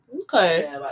Okay